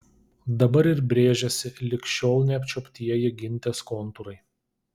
dabar ir brėžiasi lig šiol neapčiuoptieji gintės kontūrai